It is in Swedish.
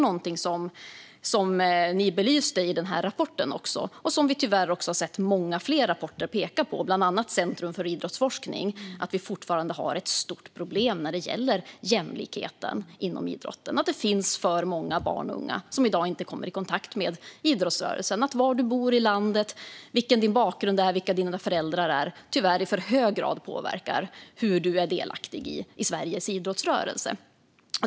Något som belystes i rapporten och som vi tyvärr har sett att många andra rapporter, bland annat från Centrum för idrottsforskning, pekar på är att vi fortfarande har ett stort problem när det gäller jämlikheten inom idrotten. Det finns alltför många barn och unga som i dag inte kommer i kontakt med idrottsrörelsen. Var i landet man bor, vilken bakgrund man har och vilka föräldrar man har påverkar tyvärr i alltför hög grad hur delaktig man är i Sveriges idrottsrörelse.